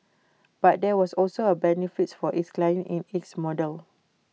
but there was also A benefit for its clients in this model